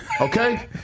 Okay